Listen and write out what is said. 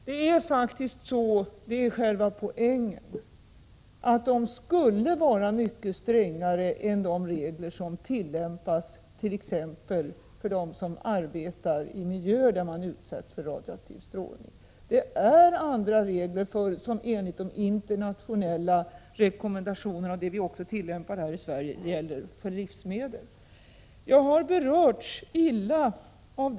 Det är faktiskt så — det är själva poängen — att reglerna skulle vara mycket strängare än de regler som tillämpast.ex. för dem som arbetar i miljöer där man utsätts för radioaktiv strålning. Enligt de internationella rekommendationerna — som vi också följer här i Sverige — är det andra regler som gäller för livsmedel.